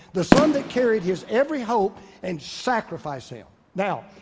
the son that carried his every hope and sacrifice him. now,